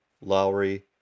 Lowry